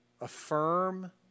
affirm